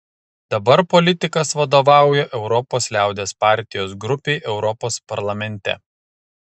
dabar politikas vadovauja europos liaudies partijos grupei europos parlamente